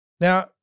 Now